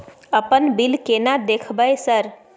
अपन बिल केना देखबय सर?